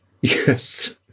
Yes